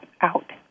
out